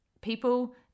People